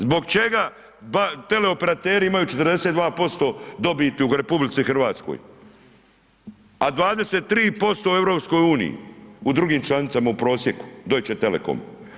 Zbog čega teleoperateri imaju 42% dobiti u RH, a 23% u EU, u drugim članicama u prosjeku, Deutsche telekom?